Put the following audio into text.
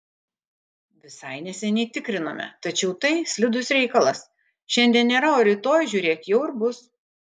visai neseniai tikrinome tačiau tai slidus reikalas šiandien nėra o rytoj žiūrėk jau ir bus